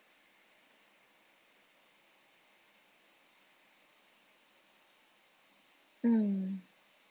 mm